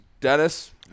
Dennis